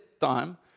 time